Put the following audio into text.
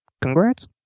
congrats